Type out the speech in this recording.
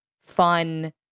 fun